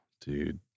dude